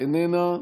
איננה,